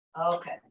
Okay